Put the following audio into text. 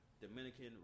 Dominican